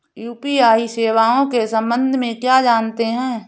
UPI सेवाओं के संबंध में क्या जानते हैं?